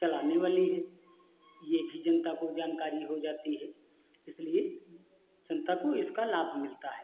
चलाने वाली है यह भी जनता को जानकारी हो जाती है इसलिए जनता को इसका लाभ मिलता है